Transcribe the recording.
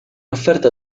offerta